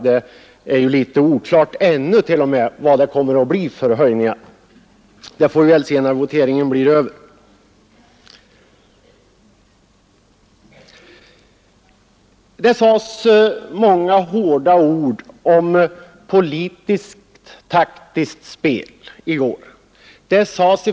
Det är ju t.o.m. ännu litet oklart vad det kommer att bli för höjningar — det får vi väl se när voteringen är över. Det sades i går många hårda ord om politiskt taktiskt spel.